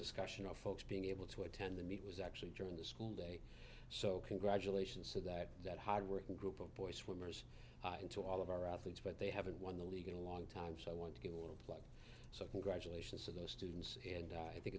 discussion of folks being able to attend the meet was actually during the school day so congratulations so that that hardworking group of boy swimmers into all of our athletes but they haven't won the league in a long time so i want to give all so congratulations to those students and i think